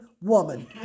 woman